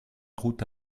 route